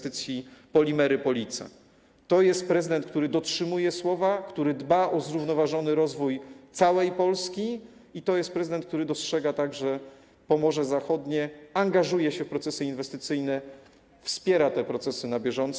To jest prezydent, który dotrzymuje słowa, który dba o zrównoważony rozwój całej Polski, i to jest prezydent, który dostrzega także Pomorze Zachodnie, angażuje się w procesy inwestycyjne, wspiera te procesy na bieżąco.